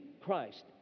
Christ